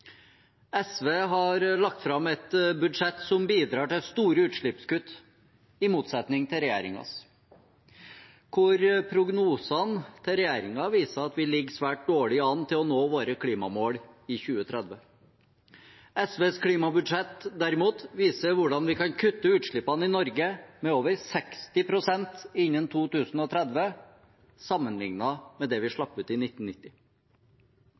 SV har lagt fram et budsjett som bidrar til store utslippskutt, i motsetning til regjeringens. Prognosene til regjeringen viser at vi ligger svært dårlig an til å nå våre klimamål i 2030. SVs klimabudsjett, derimot, viser hvordan vi kan kutte utslippene i Norge med over 60 pst. innen 2030, sammenlignet med det vi slapp ut i 1990.